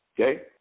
Okay